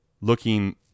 looking